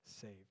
saved